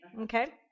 okay